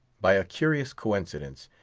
by a curious coincidence,